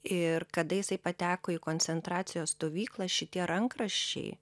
ir kada jisai pateko į koncentracijos stovyklą šitie rankraščiai